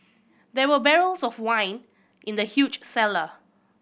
there were barrels of wine in the huge cellar